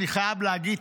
אני חייב להגיד,